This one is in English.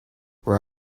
where